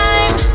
Time